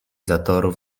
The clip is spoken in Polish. zatorów